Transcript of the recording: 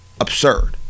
absurd